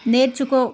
నేర్చుకో